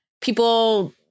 people—